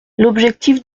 l’objectif